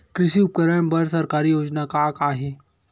कृषि उपकरण बर सरकारी योजना का का हे?